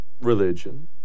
religion